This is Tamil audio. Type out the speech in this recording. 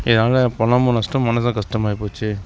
இதனால் பணமும் நஷ்டம் மனசும் கஷ்டமாகிப் போச்சு